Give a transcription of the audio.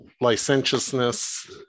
licentiousness